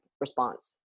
response